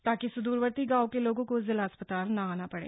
ताकि सुदरवर्ती गांव के लोगों को जिला अस्पताल ना आने पड़ें